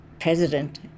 president